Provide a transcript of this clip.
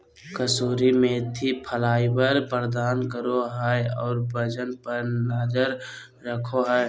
कसूरी मेथी फाइबर प्रदान करो हइ और वजन पर नजर रखो हइ